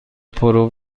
پرو